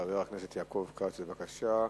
חבר הכנסת יעקב כץ, בבקשה.